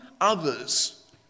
others